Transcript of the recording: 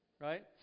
right